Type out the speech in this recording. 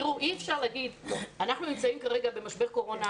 אי אפשר להגיד שאנחנו נמצאים כרגע במשבר קורונה,